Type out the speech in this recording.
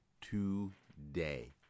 today